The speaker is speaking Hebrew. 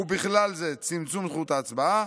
ובכלל זה צמצום זכות ההצבעה,